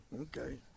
okay